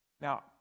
now